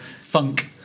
Funk